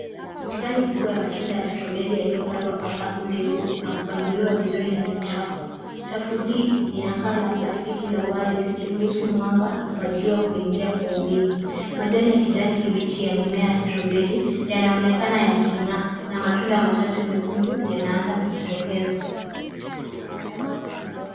Bustani kubwa ya matunda ya strawberry yaliyopandwa kwa safu ndefu na kupangiliwa vizuri ndani ya chafu. Chafuu hii ina paa la plastiki la wazi likiruhusu mwanga wa jua kuingia kwa wingi. Majani ya majani kibichi yamemea strawberry yanaonekana yaking'aa na matunda machache mekundu yanaanza kujitokeaza.